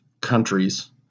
countries